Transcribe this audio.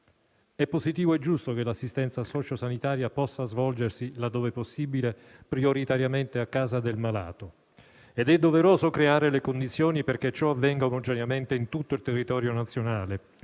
È positivo e giusto che l'assistenza socio-sanitaria possa svolgersi, laddove possibile, prioritariamente a casa del malato ed è doveroso creare le condizioni perché ciò avvenga omogeneamente in tutto il territorio nazionale,